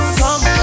come